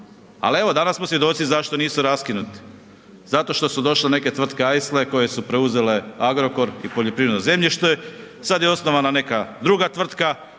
al evo danas smo svjedoci zašto nisu raskinuti, zato što su došle neke tvrtke ajsle koje su preuzele Agrokor i poljoprivredno zemljište, sad je osnovana neka druga tvrtka